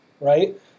right